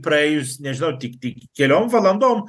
praėjus nežinau tik tik keliom valandom